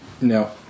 No